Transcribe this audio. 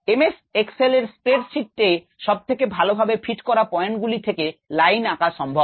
m s excel এর spreadsheet এ সব থেকে ভালো ভাবে ফিট করা পয়েন্ট গুলি থেকে লাইন আঁকা সাম্ভব